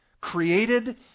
created